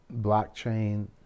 blockchain